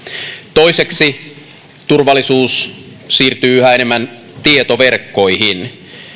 toiseksi turvallisuus siirtyy yhä enemmän tietoverkkoihin